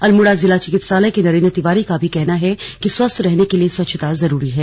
अल्मोड़ा जिला चिकित्सालय के नरेंद्र तिवारी का भी कहना है कि स्वस्थ रहने के लिए स्वच्छता जरूरी है